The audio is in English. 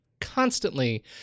constantly